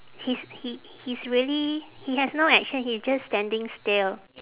he's h~ he's really he has no action he's just standing still